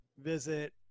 Visit